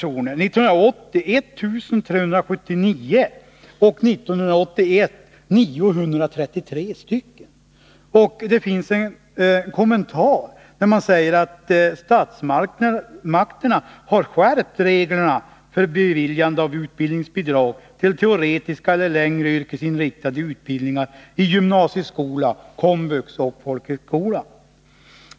1980 hade man 1 379, och 1981 var det 933 personer. I en kommentar säger man att statsmakterna har skärpt reglerna för beviljande av utbildningsbidrag till teoretiska eller längre yrkesinriktade utbildningar i gymnasieskola, KOMVUX och folkhögskola.